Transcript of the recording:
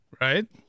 Right